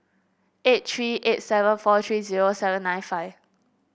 eight three eight seven four three zero seven nine five